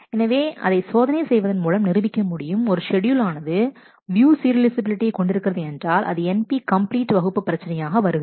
எனவே அதை சோதனை செய்வதன் மூலம் நிரூபிக்க முடியும் ஒரு ஷெட்யூல் ஆனது வியூ சீரியலைஃசபிலிட்டியை கொண்டிருக்கிறது என்றால் அது NP கம்ப்ளீட் வகுப்பு பிரச்சனையாக வருகிறது